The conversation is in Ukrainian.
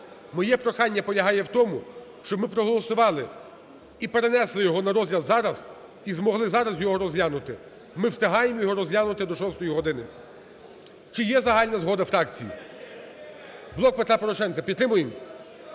Моє прохання полягає в тому, щоб ми проголосували і перенесли його на розгляд зараз, і змогли зараз його розглянути. Ми встигаємо його розглянути до 6 години. Чи є загальна згода фракцій? ГОЛОСИ ІЗ ЗАЛУ.